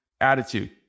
attitude